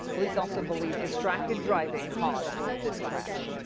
police ah so believe distracted driving caused this crash.